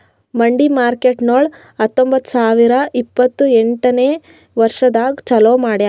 ಮಂಡಿ ಮಾರ್ಕೇಟ್ಗೊಳ್ ಹತೊಂಬತ್ತ ಸಾವಿರ ಇಪ್ಪತ್ತು ಎಂಟನೇ ವರ್ಷದಾಗ್ ಚಾಲೂ ಮಾಡ್ಯಾರ್